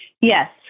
Yes